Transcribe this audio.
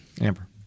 Amber